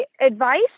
advice